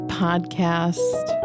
podcast